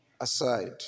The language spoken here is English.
aside